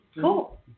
Cool